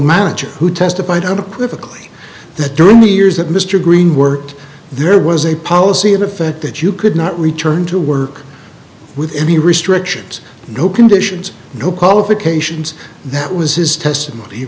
manager who testified on the political the during the years that mr green worked there was a policy in effect that you could not return to work with any restrictions no conditions no qualifications that was his testimony